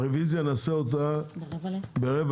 הרוויזיה נעשה אותה ב-11:45,